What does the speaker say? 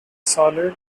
solid